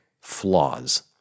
flaws